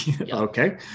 okay